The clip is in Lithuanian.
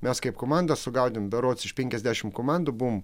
mes kaip komanda sugaudėm berods iš penkiasdešimt komandų buvom